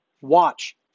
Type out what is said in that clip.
Watch